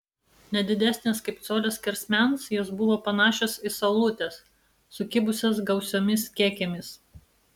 ne didesnės kaip colio skersmens jos buvo panašios į saulutes sukibusias gausiomis kekėmis